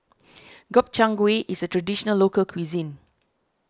Gobchang Gui is a Traditional Local Cuisine